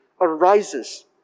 arises